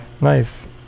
Nice